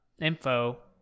info